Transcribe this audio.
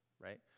right